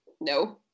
no